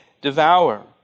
devour